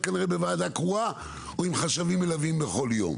עם ועדה קרואה או עם חשבים מלווים בכל יום.